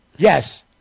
Yes